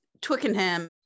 Twickenham